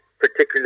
particularly